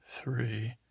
three